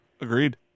Agreed